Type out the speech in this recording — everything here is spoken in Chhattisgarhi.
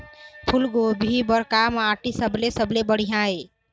फूलगोभी बर का माटी सबले सबले बढ़िया ये?